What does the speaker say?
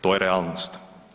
To je realnost.